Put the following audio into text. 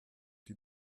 die